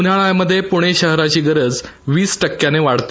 उन्हाळ्यामध्ये पृणे शहराची गरज वीस टक्क्यांनी वाढते